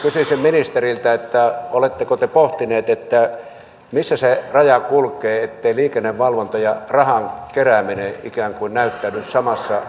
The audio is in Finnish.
kysyisin ministeriltä oletteko te pohtinut missä se raja kulkee etteivät liikennevalvonta ja rahan kerääminen ikään kuin näyttäydy samassa paketissa